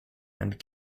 and